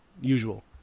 usual